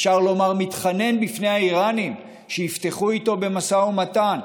אפשר לומר מתחנן בפני האיראנים שיפתחו איתו במשא ומתן.